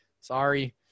Sorry